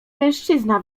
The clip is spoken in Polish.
mężczyzna